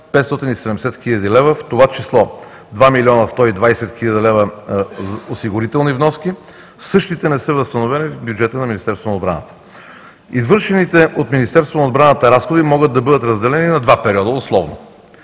570 хил. лв., в това число – 2 млн. 120 хил. лв. осигурителни вноски, същите не са възстановени в бюджета на Министерството на отбраната. Извършените от Министерството на отбраната разходи могат да бъдат разделени условно